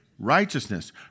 righteousness